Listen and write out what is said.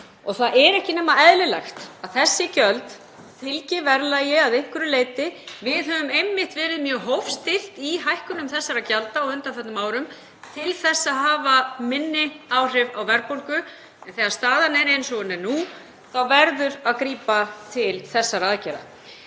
Það er ekki nema eðlilegt að þessi gjöld fylgi verðlagi að einhverju leyti. Við höfum einmitt verið mjög hófstillt í hækkunum þessara gjalda á undanförnum árum til þess að hafa minni áhrif á verðbólgu. En þegar staðan er eins og hún er nú verður að grípa til þessara aðgerða.